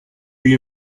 you